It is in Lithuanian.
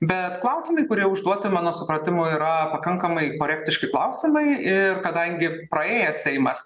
bet klausimai kurie užduoti mano supratimu yra pakankamai korektiški klausimai ir kadangi praėjęs seimas